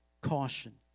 caution